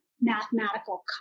mathematical